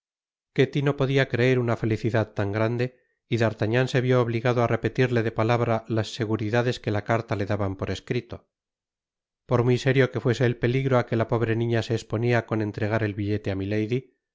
ketty no podia creer una felicidad tan grande y d'artagnan se vió obligado á repetirle de palabra las seguridades que la carta le daba por escrito por muy serio que fuese el peligro á que la pobre niña se esponia con entregar el billete á milady